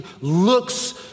looks